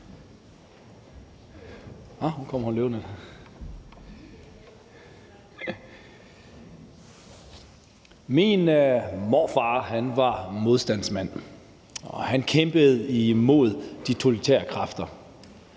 Min morfar var modstandsmand, og han kæmpede imod de totalitære kræfter.